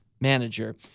manager